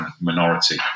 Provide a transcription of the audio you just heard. minority